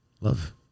Love